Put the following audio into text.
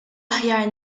aħjar